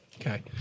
Okay